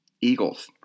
eagles